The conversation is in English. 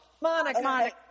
Monica